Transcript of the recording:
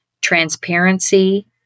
transparency